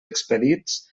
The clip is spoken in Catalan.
expedits